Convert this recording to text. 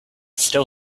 still